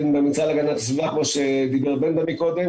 כמו שאמר בן דוד מקודם,